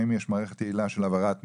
האם יש מערכת יעילה של העברת מידע?